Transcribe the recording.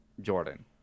Jordan